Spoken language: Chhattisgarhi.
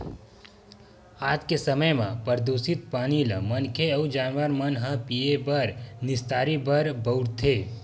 आज के समे म परदूसित पानी ल मनखे अउ जानवर मन ह पीए बर, निस्तारी बर बउरथे